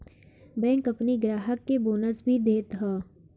bank अपनी ग्राहक के बोनस भी देत हअ